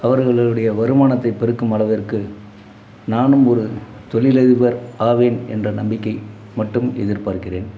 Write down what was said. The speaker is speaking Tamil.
அவர்களுடைய வருமானத்தை பெருக்கும் அளவிற்கு நானும் ஒரு தொழிலதிபர் ஆவேன் என்ற நம்பிக்கை மட்டும் எதிர்பார்க்கிறேன்